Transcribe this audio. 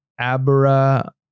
Abra